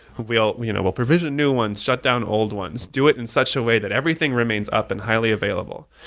we'll you know we'll provision new ones, shut down old ones. do it in such a way that everything remains up and highly available.